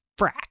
frack